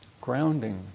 Grounding